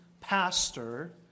pastor